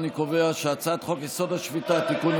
אני קובע שהצעת חוק-יסוד: השפיטה (תיקון,